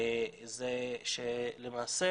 זה שלמעשה